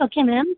okay ma'am